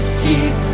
keep